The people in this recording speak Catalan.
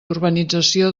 urbanització